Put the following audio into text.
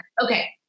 okay